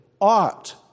ought